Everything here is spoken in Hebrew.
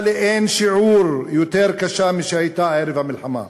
לאין-שיעור יותר קשה משהייתה ערב המלחמה.